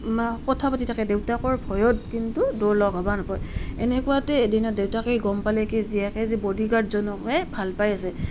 কথা পাতি থাকে দেউতাকৰ ভয়ত কিন্তু দুয়ো লগ হ'ব নাপায় এনেকুৱাতে এদিনা দেউতাকে গম পালে কি জীয়েকে যে বডিগাৰ্ডজনকে ভাল পাই আছে